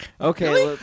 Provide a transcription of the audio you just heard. Okay